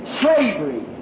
slavery